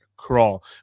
crawl